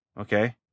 Okay